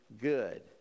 good